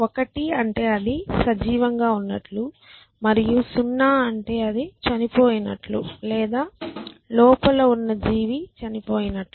1 అంటే అది సజీవంగా ఉన్నట్లు మరియు 0 అంటే అది చనిపోయినట్లు లేదా లోపల ఉన్న జీవి చనిపోయినట్లు